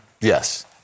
yes